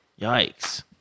Yikes